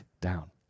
down